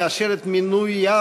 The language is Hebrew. לאשר את מינויו,